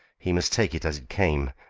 he must take it as it came,